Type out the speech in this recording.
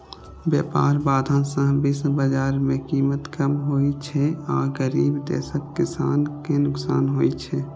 व्यापार बाधा सं विश्व बाजार मे कीमत कम होइ छै आ गरीब देशक किसान कें नुकसान होइ छै